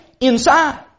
inside